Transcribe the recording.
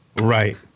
Right